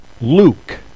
Luke